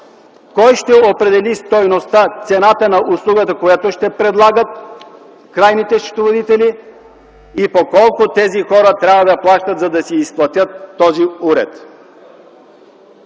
Кой ще определи стойността, цената на услугата, която ще предлагат крайните счетоводители, и по колко тези хора трябва да плащат, за да си изплатят този уред?